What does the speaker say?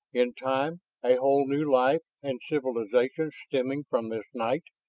in time a whole new life and civilization stemming from this night.